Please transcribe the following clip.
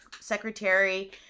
secretary